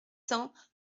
cents